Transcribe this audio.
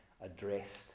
addressed